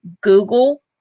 Google